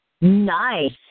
Nice